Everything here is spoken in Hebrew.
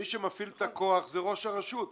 מי שמפעיל את הכוח זה ראש הרשות.